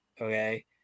okay